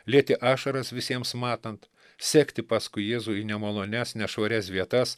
lieti ašaras visiems matant sekti paskui jėzų į nemalonias nešvarias vietas